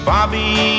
Bobby